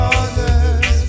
others